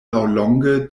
laŭlonge